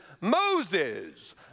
Moses